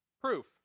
Proof